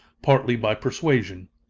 partly by persuasion.